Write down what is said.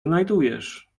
znajdujesz